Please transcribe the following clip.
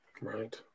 Right